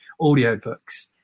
audiobooks